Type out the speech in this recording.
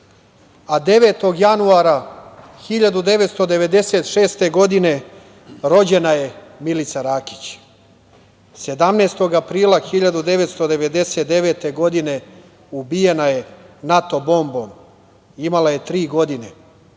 januara 1996. godine rođena je Milica Rakić. Sedamnaestog aprila 1999. godine ubijena je NATO bombom. Imala je tri godine.